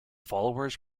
followers